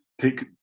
take